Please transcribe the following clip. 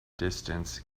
distance